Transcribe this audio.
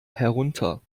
herunter